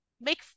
make